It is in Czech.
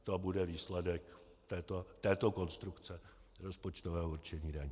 To bude výsledek této konstrukce rozpočtového určení daní.